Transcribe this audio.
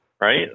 right